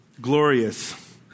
glorious